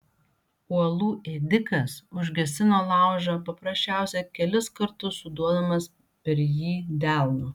uolų ėdikas užgesino laužą paprasčiausiai kelis kartus suduodamas per jį delnu